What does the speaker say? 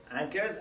anchors